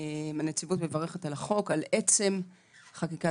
הנציבות מברכת על החוק, על עצם חקיקתו.